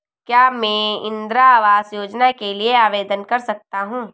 क्या मैं इंदिरा आवास योजना के लिए आवेदन कर सकता हूँ?